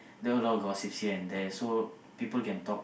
then a lot of gossips here and there so people can talk